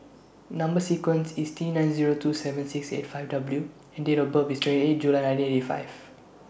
Number sequence IS T nine Zero two seven six eight five W and Date of birth IS twenty eight July nineteen eighty five